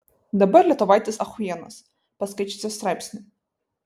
dabar lietuvaitės achuienos paskaičiusios straipsnį